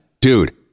Dude